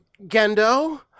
gendo